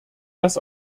dass